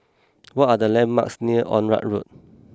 what are the landmarks near Onraet Road